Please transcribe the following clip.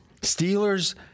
Steelers